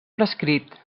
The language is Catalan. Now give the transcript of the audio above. prescrit